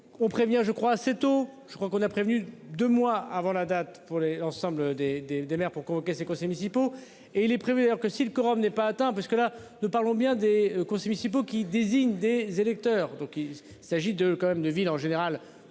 on prévient je crois assez tôt. Je crois qu'on a prévenu 2 mois avant la date pour les l'ensemble des des des maires pour convoquer ses conseils municipaux et il est prévu d'ailleurs que si le quorum n'est pas atteint. Parce que là nous parlons bien des conseils municipaux qui désigne des électeurs. Donc il s'agit de quand même de villes en général.